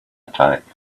attack